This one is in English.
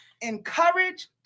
encourage